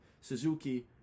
Suzuki